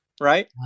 Right